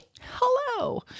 Hello